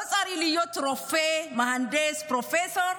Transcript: לא צריך להיות רופא, מהנדס, פרופסור,